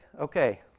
Okay